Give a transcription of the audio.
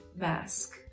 mask